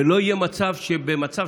ולא יהיה מצב שבגלל